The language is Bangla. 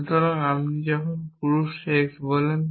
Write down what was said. সুতরাং আপনি যখন পুরুষ x বলেন